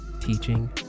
teaching